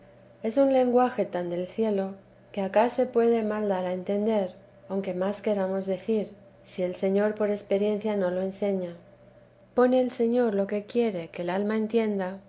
es un lenguaje tan del cielo que acá se puede mal dar a entender aunque más queramos decir si el señor por experiencia no lo enseña pone el señor lo que quiere que el alma entienda